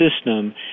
system